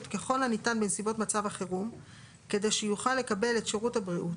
ככל הניתן בנסיבות מצב חירום כדי שיוכל לקבל את שירות הבריאות,